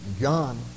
John